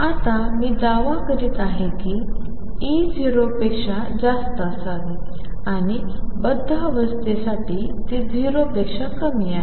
आता मी दावा करीत आहे की E 0 पेक्षा जास्त असावे आणि बाध्य अवस्थेसाठी ते 0 पेक्षा कमी आहे